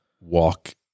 walk